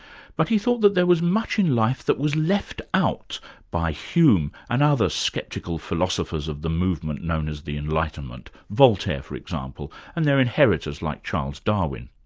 but he thought that there was much in life that was left out by hume and other sceptical philosophers of the movement known as the enlightenment voltaire for example, and their inheritors like charles darwin.